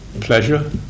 pleasure